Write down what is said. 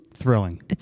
Thrilling